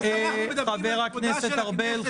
בסוף אנחנו מדברים על כבודה של הכנסת.